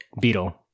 Beetle